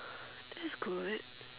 that's good